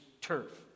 turf